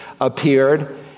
appeared